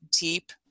deep